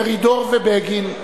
מרידור ובגין,